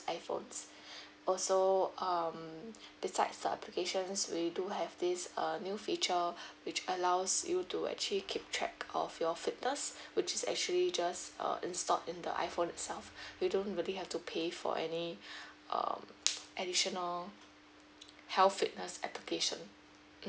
iphones also um besides the applications we do have this uh new feature which allows you to actually keep track of your fitness which is actually just err installed in the iphone itself you don't really have to pay for any um additional health fitness application